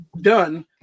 done